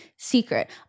secret